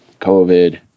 COVID